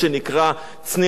גם 30,000 שקל בחודש,